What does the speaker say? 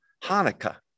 Hanukkah